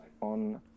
on